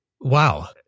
Wow